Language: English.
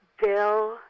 Bill